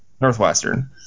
Northwestern